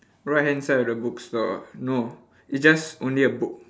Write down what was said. right hand side of the bookstore no it just only a book